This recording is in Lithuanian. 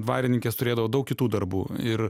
dvarininkės turėdavo daug kitų darbų ir